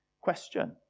Question